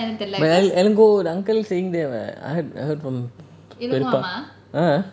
எனக்கு ஒரு:enaku oru uncle staying there what I heard I heard from a'ah